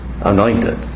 anointed